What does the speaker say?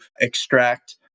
extract